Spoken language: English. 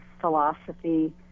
philosophy